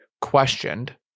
questioned